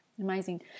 amazing